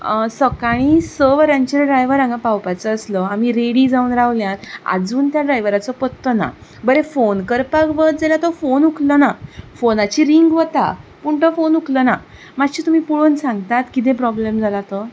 सकाळीं स वरांचेर ड्रायवर हांगां पावपाचो आसलो आमी रेडी जावन रावल्यात आजून त्या ड्रायवराचो पत्तो ना बरें फोन करपाक वच जाल्यार तो फोन उखलना फोनाची रिंग वता पूण तो फोन उखलना मातशें तुमी पळोवन सांगतात किदें प्रोब्लेम जाला तो